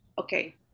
okay